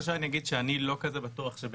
ממה שאני בדקתי היום,